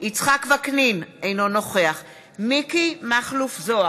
יצחק וקנין, אינו נוכח מכלוף מיקי זוהר,